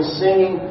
singing